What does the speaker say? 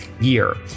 year